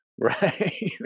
Right